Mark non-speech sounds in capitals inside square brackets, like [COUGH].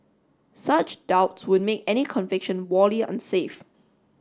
such doubts would make any conviction [UNINTELLIGIBLE] unsafe